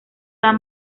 las